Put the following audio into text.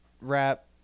wrap